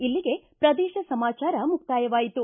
ಇಲ್ಲಿಗೆ ಪ್ರದೇಶ ಸಮಾಚಾರ ಮುಕ್ತಾಯವಾಯಿತು